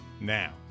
now